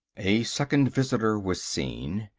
a second visitor was seen.